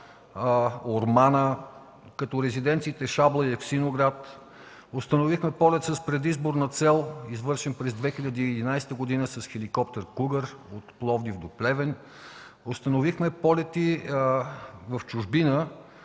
„Ормана”, както и резиденциите „Шабла” и Евксиноград. Установихме полет с предизборна цел, извършен през 2011 г. с хеликоптер „Кугар” от Пловдив до Плевен. Установихме полети в чужбина